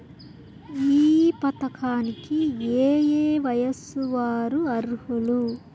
ఈ పథకానికి ఏయే వయస్సు వారు అర్హులు?